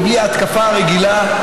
ובלי ההתקפה הרגילה,